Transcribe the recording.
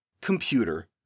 Computer